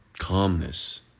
Calmness